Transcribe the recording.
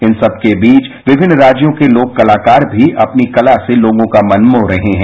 इन सबके बीच विमिन्न राज्यों के लोक कलाकार भी अपनी कला से लोगों का मन मोह रहे हैं